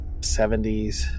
70s